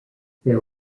there